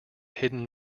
hidden